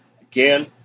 again